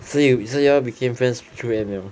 so you you all became friends through M_L lah